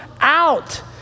out